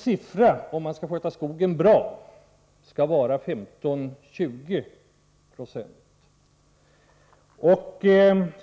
Omfattningen på gallringen bör vara 15-20 26, om man skall sköta skogen rätt.